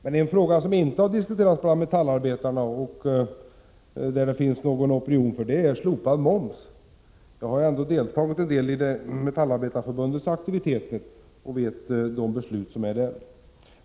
En fråga som inte har diskuterats bland metallarbetarna och som det bland dem inte finns någon opinion för är slopande av momsen. Det vet jag eftersom jag har deltagit i Metallindustriarbetareförbundets aktiviteter i dessa sammanhang.